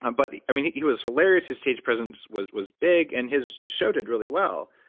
um but i mean, he was hilarious. his stage presence was was big and his his show did really well.